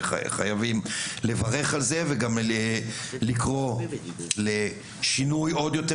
זה חייבים לברך על זה וגם לקרוא לשינוי עוד יותר,